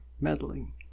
meddling